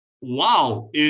wow